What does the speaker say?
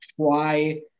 try